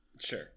Sure